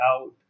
out